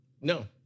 No